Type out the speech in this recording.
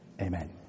amen